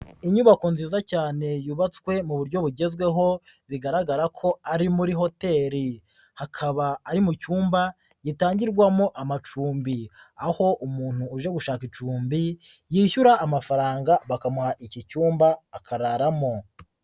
Inyubako nziza cyane yubatswe mu buryo bugezweho bigaragara ko ari muri hoteli, hakaba ari mu cyumba gitangirwamo amacumbi, aho umuntu uje gushaka icumbi yishyura amafaranga bakamuha iki cyumba akararamo.